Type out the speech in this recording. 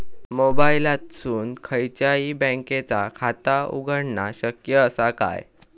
मोबाईलातसून खयच्याई बँकेचा खाता उघडणा शक्य असा काय?